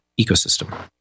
ecosystem